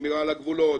שמירה על הגבולות?